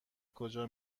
کجا